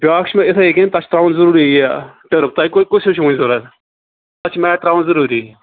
بیٛاکھ چھِ مےٚ اِتھَے کٔنۍ تَتھ چھِ تراوُن ضٔروٗری یہِ ٹٔرٕپ تۄہہِ کُس ہیوٗ چھُو وۄنۍ ضوٚرتھ تَتھ چھُ میٹ تراوُن ضٔروٗری